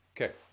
Okay